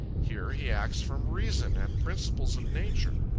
here he acts from reason, and principles of nature.